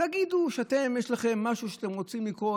תגידו שיש לכם משהו שאתם רוצים לקרוא,